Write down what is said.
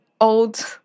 old